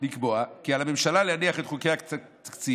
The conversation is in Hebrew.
לקבוע כי על הממשלה להניח את חוקי התקציב,